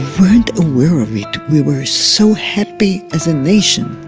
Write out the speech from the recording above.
weren't aware of it. we were so happy as a nation,